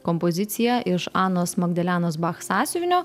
kompozicija iš anos magdalenos bach sąsiuvinio